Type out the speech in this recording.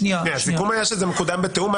הסיכום היה שזה מקודם בתיאום.